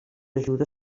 ajuda